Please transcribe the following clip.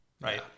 right